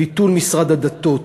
ביטול משרד הדתות.